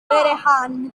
vehrehan